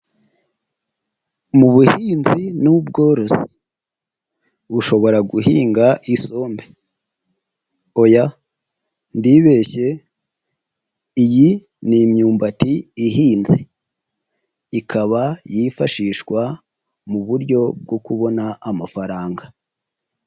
Mu buhinzi n'ubworozi bushobora guhinga isombe, oya ndibeshye iyi ni imyumbati ihinze ikaba yifashishwa mu buryo bwo kubona amafaranga.